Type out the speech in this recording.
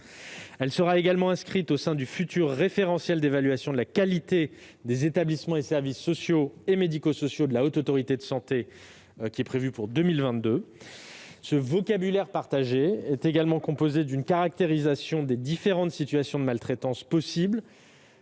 Elle sera également inscrite au sein du futur référentiel d'évaluation de la qualité des établissements et services sociaux et médico-sociaux de la Haute Autorité de Santé (HAS) en 2022. Ce vocabulaire partagé introduit également une caractérisation des différentes situations de maltraitance possibles,